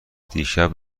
دیشب